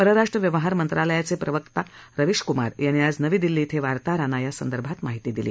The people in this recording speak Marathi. परराष्ट्र व्यवहारमंत्रालयाचे प्रवक्ता रविश क्मार यांनी आज नवी दिल्ली वार्ताहरांना या संदर्भात माहिती दिली